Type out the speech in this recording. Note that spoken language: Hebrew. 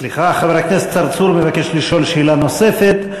חבר הכנסת צרצור מבקש לשאול שאלה נוספת.